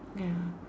ya